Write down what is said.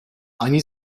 ani